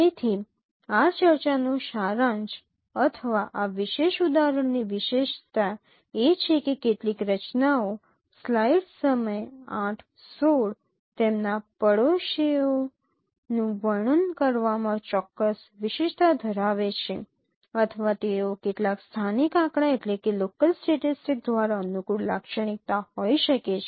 તેથી આ ચર્ચાનો સારાંશ અથવા આ વિશેષ ઉદાહરણની વિશેષતા એ છે કે કેટલીક રચનાઓ સ્લાઇડ સમય 0૮૧૬ તેમના પડોશીઓનું વર્ણન કરવામાં ચોક્કસ વિશિષ્ટતા ધરાવે છે અથવા તેઓ કેટલાક સ્થાનિક આંકડા દ્વારા અનુકૂળ લાક્ષણિકતા હોઈ શકે છે